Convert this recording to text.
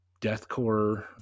deathcore